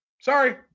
sorry